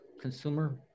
consumer